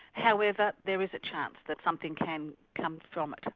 however there is a chance that something can come from it.